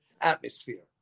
atmosphere